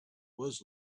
was